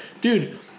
Dude